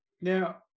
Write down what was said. Now